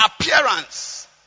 appearance